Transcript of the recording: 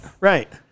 right